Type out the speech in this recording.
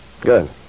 Good